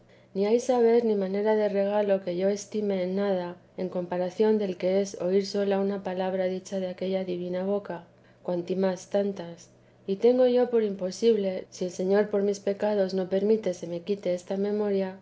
ni hay saber ni manera de regalo que yo estime en nada en comparación del que es oir sola una palabra dicha de aquella divina boca cuanto más tantas y tengo yo por imposible si el señor por mis pecados no permite se me quite esta memoria